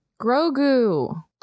Grogu